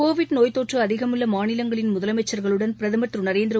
Covid நோய் தொற்று அதிகமுள்ள மாநிலங்களின் முதலமைச்சர்களுடன் பிரதமர் திரு நரேந்திர